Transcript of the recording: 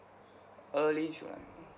early july